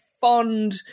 fond